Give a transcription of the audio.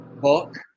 book